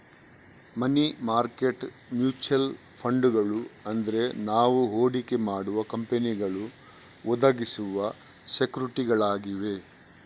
ಮನಿ market mutual ಫಂಡುಗಳು ಅಂದ್ರೆ ನಾವು ಹೂಡಿಕೆ ಮಾಡುವ ಕಂಪನಿಗಳು ಒದಗಿಸುವ ಸೆಕ್ಯೂರಿಟಿಗಳಾಗಿವೆ